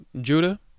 Judah